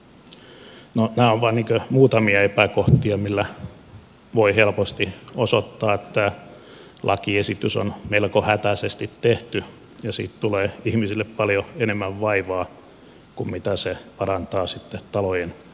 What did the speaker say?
no nämä ovat vain muutamia epäkohtia millä voi helposti osoittaa että tämä lakiesitys on melko hätäisesti tehty ja siitä tulee ihmisille paljon enemmän vaivaa kuin mitä se sitten parantaa talojen energiatehokkuutta